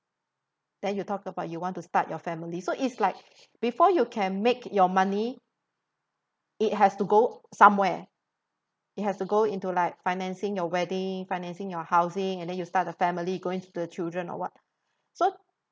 then you talk about you want to start your family so it's like before you can make your money it has to go somewhere it has to go into like financing your wedding financing your housing and then you start a family go into the children or what so